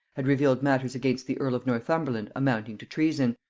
had revealed matters against the earl of northumberland amounting to treason,